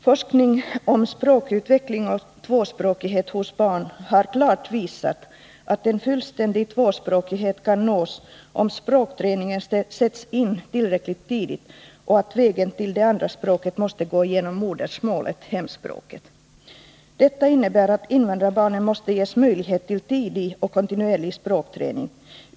Forskning om språkutveckling och tvåspråkighet hos barn har klart visat att en fullständig tvåspråkighet kan nås om språkträningen sätts in tillräckligt tidigt, och att vägen till det andra språket måste gå genom modersmålet — hemspråket. Detta innebär att invandrarbarnen måste ges möjlighet till tidig och kontinuerlig språkträning.